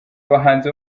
abahanzi